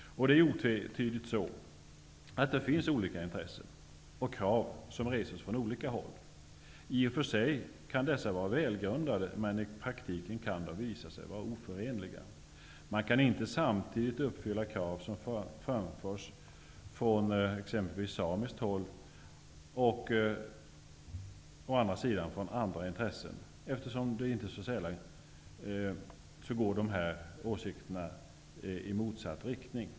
Det är otvetydigt att det finns olika intressen och krav som reses från olika håll. I och för sig kan dessa krav vara välgrundade, men i praktiken kan de visa sig vara oförenliga. Man kan inte samtidigt uppfylla krav som framförs från t.ex. samiskt håll och krav som framförs från andra intressen. Det är inte så sällan som åsikterna går i motsatt riktning.